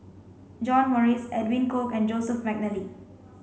John Morrice Edwin Koek and Joseph Mcnally